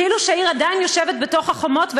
כאילו שהעיר עדיין יושבת בתוך החומות,